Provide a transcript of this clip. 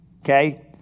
Okay